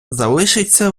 залишиться